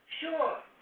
Sure